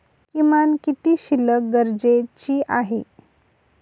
किमान किती शिल्लक गरजेची आहे?